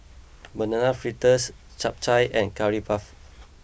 Banana Fritters Chap Chai and Curry Puff